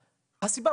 הסיבה,